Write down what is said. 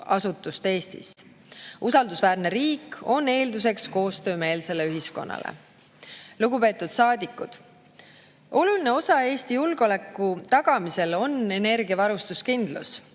asutust Eestis. Usaldusväärne riik on eelduseks koostöömeelsele ühiskonnale. Lugupeetud saadikud! Oluline osa Eesti julgeoleku tagamisel on energiavarustuskindlus.